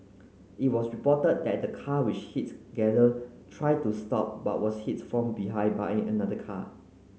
it was reported that the car which hit Galen tried to stop but was hit from behind by another car